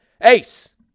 ace